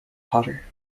potter